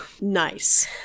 nice